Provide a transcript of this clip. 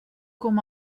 com